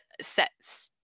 sets